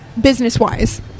business-wise